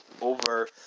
over